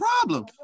problem